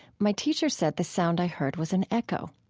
my teacher said the sound i heard was an echo.